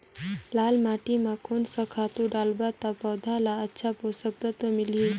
लाल माटी मां कोन सा खातु डालब ता पौध ला अच्छा पोषक तत्व मिलही?